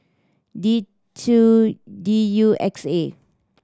T two D U X A